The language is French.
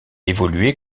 évoluait